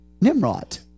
Nimrod